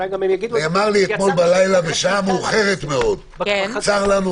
נאמר לי אתמול בלילה בשעה מאוחרת מאוד: צר לנו,